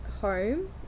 home